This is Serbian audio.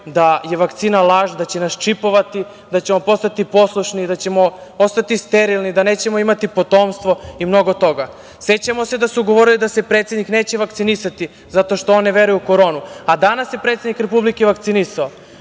da je vakcina laž, da će nas čipovati, da ćemo postati poslušni i da ćemo ostati sterilni, da nećemo imati potomstvo i mnogo toga? Sećamo se da su govorili da se predsednik neće vakcinisati zato što on ne veruje u koronu, a danas je predsednik Republike vakcinisao.